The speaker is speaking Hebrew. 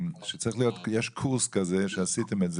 שיש קורס כזה, שעשיתם את זה,